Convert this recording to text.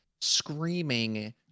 screaming